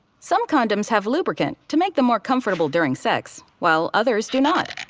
some condoms have lubricant to make them more comfortable during sex while others do not.